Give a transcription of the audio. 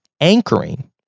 anchoring